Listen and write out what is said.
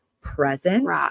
presence